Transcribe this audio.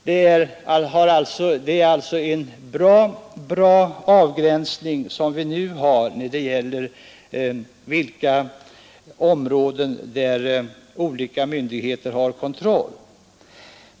Det är alltså en bra avgränsning som vi nu har av de områden där olika myndigheter har hand om kontrollen.